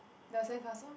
the sandcastle